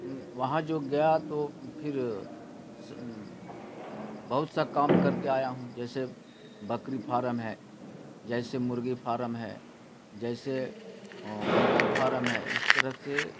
وہاں جو گیا تو پھر بہت سا کام کر کے آیا ہوں جیسے بکری فارم ہے جیسے مرغی فارم ہے جیسے بطخ فارم ہے اس طرح سے